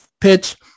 pitch